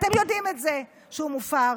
אתם יודעים את זה שהוא מופר,